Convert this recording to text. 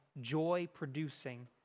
joy-producing